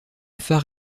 phare